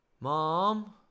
mom